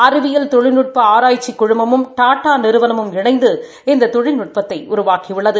அறிவியல் தொழில்நுட்ப ஆராய்ச்சிக் குழுமமும் டாடா நிறுவனமும் இணந்து இந்த தொழில்நுட்பத்தை உருவாக்கியுள்ளது